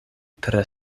tre